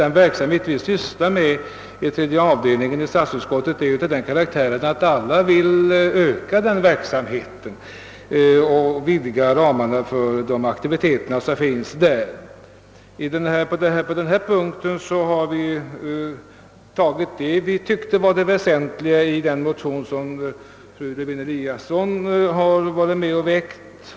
De frågor vi sysslar med i statsutskottets tredje avdelning är ju av den karaktären, att alla vill vidga ramarna för aktiviteten. På denna punkt har vi tillstyrkt vad: vi tyckte var det väsentliga i den molion fru Lewén-Eliasson varit med om att väcka.